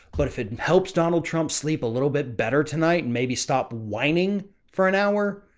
but if it helps donald trump's sleep a little bit better tonight and maybe stop whining for an hour,